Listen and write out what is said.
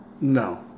No